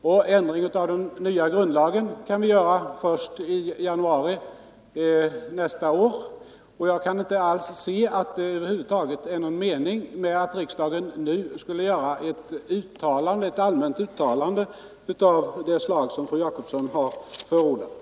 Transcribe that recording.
En ändring i den nya grundlagen kan vi lämpligen företa först i januari nästa år, och jag kan inte alls se att det över huvud taget är någon mening med att riksdagen nu skulle göra ett allmänt uttalande av det slag som fru Jacobsson har förordat.